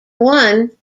one